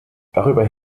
darüber